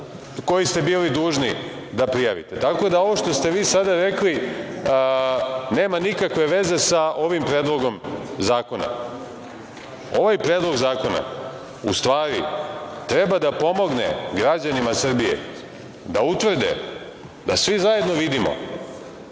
koji ste bili dužni da prijavite. Tako da, ovo što ste vi sada rekli nema nikakve veze sa ovim Predlogom zakona. Ovaj Predlog zakona, u stvari, treba da pomogne građanima Srbije da utvrde, da svi zajedno vidimo